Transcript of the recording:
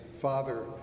Father